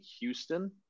houston